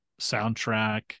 soundtrack